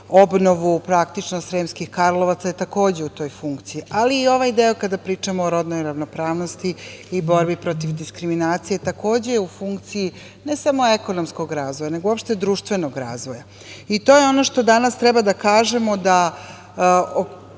obnovu praktično Sremskih Karlovaca je takođe u toj funkciji, ali i ovaj deo kada pričamo o rodnoj ravnopravnosti i borbi protiv diskriminacije takođe je u funkciji ne samo ekonomskog razvoja, nego uopšte društvenog razvoja. To je ono što danas treba da kažemo. Osvrnuću